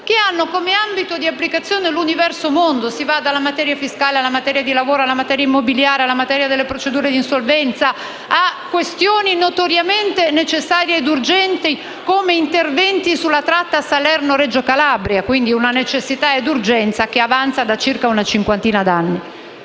che hanno come ambito di applicazione l'universo mondo. Si va dalla materia fiscale alla materia di lavoro, alla materia immobiliare, alle procedure di insolvenza, a questioni notoriamente necessarie e urgenti come interventi sulla tratta Salerno-Reggio Calabria - quindi, una necessità e urgenza che va avanti da circa una cinquantina di anni